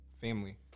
family